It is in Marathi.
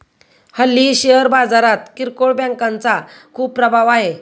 हल्ली शेअर बाजारात किरकोळ बँकांचा खूप प्रभाव आहे